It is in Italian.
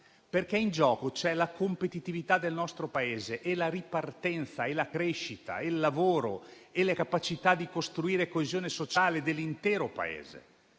perché in gioco ci sono la competitività del nostro Paese, la ripartenza, la crescita, il lavoro e la capacità di costruire coesione sociale nell'intero Paese.